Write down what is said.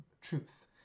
truth